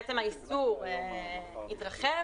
האיסור יתרחב,